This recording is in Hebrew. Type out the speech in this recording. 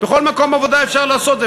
בכל מקום עבודה אפשר לעשות את זה.